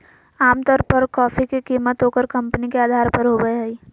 आमतौर पर कॉफी के कीमत ओकर कंपनी के अधार पर होबय हइ